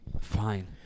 Fine